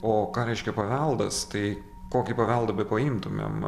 o ką reiškia paveldas tai kokį paveldą bepaimtumėm